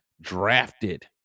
drafted